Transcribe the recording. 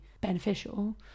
beneficial